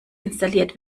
installiert